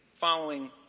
following